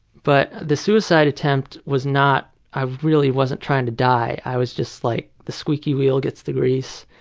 but the suicide attempt was not i really wasn't trying to die. i was just like, the squeaky wheel gets the grease.